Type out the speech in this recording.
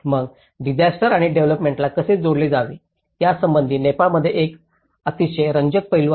मग डिसास्टर आणि डेव्हलोपमेंटला कसे जोडले जावे यासंबंधी नेपाळमध्ये एक अतिशय रंजक पैलू आहे